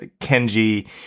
Kenji